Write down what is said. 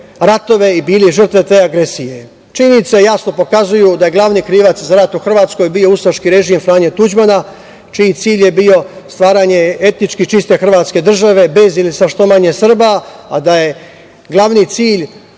ratove i bili žrtve te agresije. Činjenice jasno pokazuju da je glavni krivac za rat u Hrvatskoj bio ustaški režim Franje Tuđmana, čiji cilj je bio stvaranje etnički čiste Hrvatske države bez ili sa što manje Srba, a da je glavni cilj